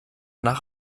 nach